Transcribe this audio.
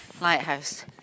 Lighthouse